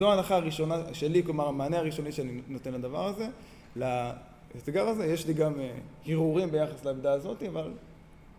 זו ההנחה הראשונה שלי, כלומר המענה הראשוני שאני נותן לדבר הזה, לסיגר הזה. יש לי גם הרהורים ביחד לעמדה הזאת, אבל...